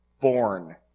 born